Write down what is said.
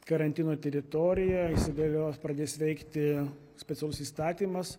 karantino teritorija įsigalios pradės veikti specialus įstatymas